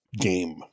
game